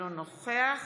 אינו נוכח